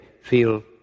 feel